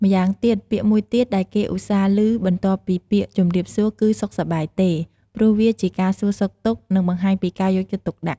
ម៉្យាងទៀត ពាក្យមួយទៀតដែលគេឧស្សាហ៍ឮបន្ទាប់ពីពាក្យ ជំរាបសួរ គឺ "សុខសប្បាយទេ" ព្រោះវាជាការសួរសុខទុក្ខ និងបង្ហាញពីការយកចិត្តទុកដាក់។